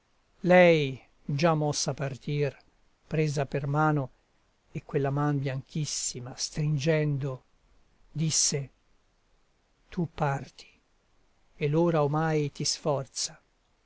lei già mossa a partir presa per mano e quella man bianchissinia stringendo disse tu parti e l'ora omai ti sforza